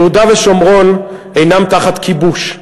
יהודה ושומרון אינם תחת כיבוש.